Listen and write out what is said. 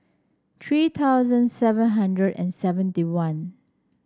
three thousand seven hundred and seventy one